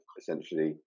essentially